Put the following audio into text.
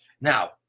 Now